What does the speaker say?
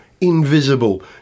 invisible